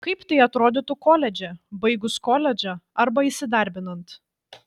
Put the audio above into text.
kaip tai atrodytų koledže baigus koledžą arba įsidarbinant